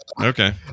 Okay